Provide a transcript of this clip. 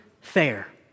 fair